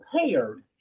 prepared